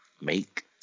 make